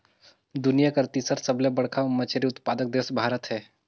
दुनिया कर तीसर सबले बड़खा मछली उत्पादक देश भारत हे